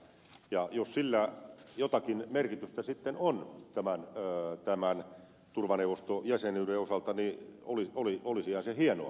jos sillä jotakin merkitystä sitten on tämän turvaneuvostojäsenyyden osalta niin olisihan se hienoa